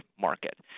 market